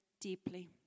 deeply